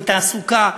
לא בתעסוקה,